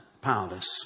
Powerless